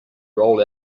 roll